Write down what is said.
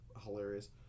hilarious